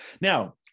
Now